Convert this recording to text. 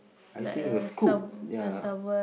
I think a scoop ya